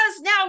now